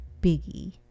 Biggie